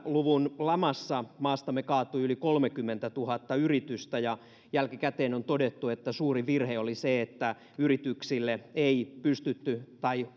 luvun lamassa maastamme kaatui yli kolmekymmentätuhatta yritystä ja jälkikäteen on todettu että suurin virhe oli se että yrityksille ei pystytty osoittamaan tai